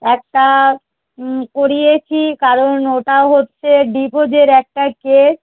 একটা করিয়েছি কারণ ওটা হচ্ছে ডিভোর্সের একটা কেস